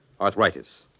arthritis